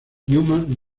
newman